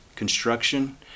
construction